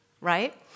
right